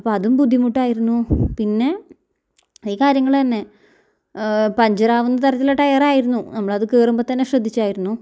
അപ്പമതും ബുദ്ധിമുട്ടായിരുന്നു പിന്നെ ഈ കാര്യങ്ങളന്നെ പഞ്ചറാകുന്ന തരത്തിലുള്ള ടയറായിരുന്നു നമ്മളത് കീറുമ്പം തന്നെ ശ്രദ്ധിച്ചായിരുന്നു